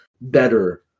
better